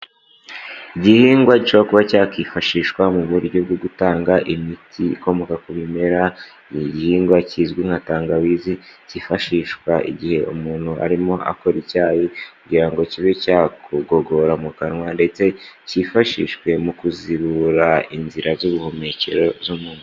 Igihingwa cyo kuba cyakwifashishwa mu buryo bwo gutanga imiti ikomoka ku bimera, ni igihingwa kizwi nka tangawizi, cyifashishwa igihe umuntu arimo akora icyayi, kugira ngo kibe cyakugogora mu kanwa, ndetse cyifashishwe mu kuzibura inzira z'ubuhumekero z'umuntu.